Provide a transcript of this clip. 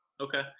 Okay